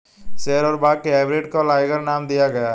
शेर और बाघ के हाइब्रिड को लाइगर नाम दिया गया है